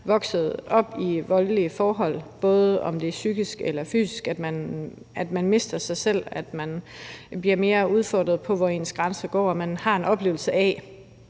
vokset op i voldelige forhold, uanset om det er psykisk eller fysisk, fordi man mister sig selv, og man bliver mere udfordret på, hvor ens grænser går, og man har en oplevelse af,